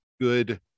good